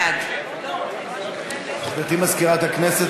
בעד גברתי מזכירת הכנסת,